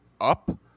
up